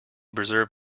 preserve